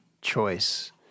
choice